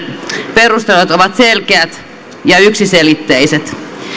perustelut ovat selkeät ja yksiselitteiset